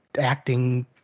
acting